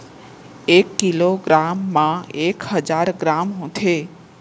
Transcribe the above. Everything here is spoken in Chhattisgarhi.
एक किलो ग्राम मा एक हजार ग्राम होथे